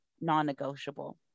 non-negotiable